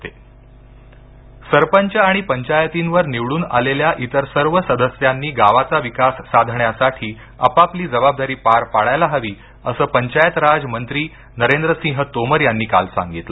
तोमर सरपंच सरपंच आणि पंचायतींवर निवडून आलेल्या इतर सर्व सदस्यांनी गावाचा विकास साधण्यासाठी आपापली जबाबदारी पार पाडायला हवी असं पंचायत राज मंत्री नरेंद्र सिंह तोमर यांनी काल सांगितलं